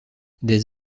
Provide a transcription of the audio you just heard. des